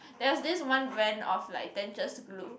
there's this one brand of like dentures glue